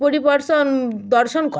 পরিবর্ষণ দর্শন করে